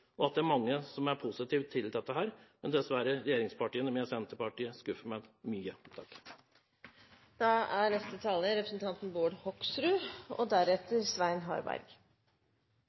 og at det er mange som er positive til dette, men regjeringspartiene – med Senterpartiet – skuffer meg dessverre veldig. Det blir litt som keiserens nye klær, med hoffet av rød-grønne politikere som løper rundt omkring og